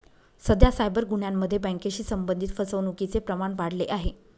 सध्या सायबर गुन्ह्यांमध्ये बँकेशी संबंधित फसवणुकीचे प्रमाण वाढले आहे